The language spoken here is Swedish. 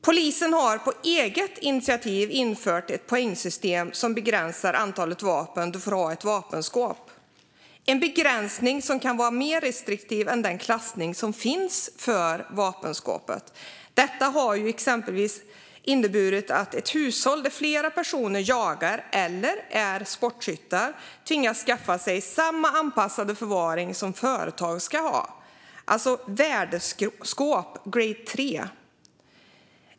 Polisen har på eget initiativ infört ett poängsystem som begränsar antalet vapen man får ha i ett vapenskåp. Det är en begränsning som kan vara mer restriktiv än den klassning som finns för vapenskåpet. Detta har exempelvis inneburit att ett hushåll där flera personer jagar eller är sportskyttar tvingas skaffa sig samma anpassade förvaring som företag ska ha, värdeskåp grade 3.